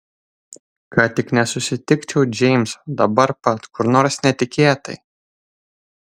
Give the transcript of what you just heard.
kad tik nesusitikčiau džeimso dabar pat kur nors netikėtai